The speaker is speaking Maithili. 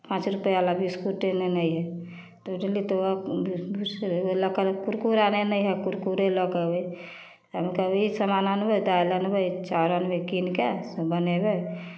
पाँच रुपैआवला बिस्कुटे नेने अइहऽ तऽ गयली तऽ बिस्कुट लऽ कऽ कुरकुरा नहि ने हऽ कुरकुरे लऽ कऽ अयबै तऽ कभी सामान आनबै दालि आनबै चाउर आनबै कीनि कऽ से बनयबै